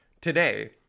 today